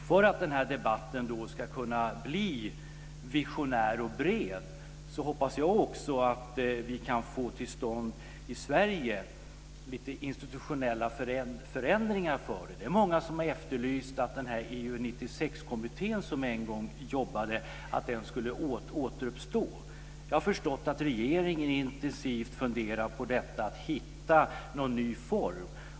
För att denna debatt ska kunna bli visionär och bred så hoppas jag också att vi i Sverige kan få till stånd lite institutionella förändringar för detta. Det är många som har efterlyst att EU 96-kommittén som en gång jobbade skulle återuppstå. Jag har förstått att regeringen intensivt funderar på att hitta någon ny form.